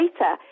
later